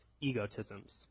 egotisms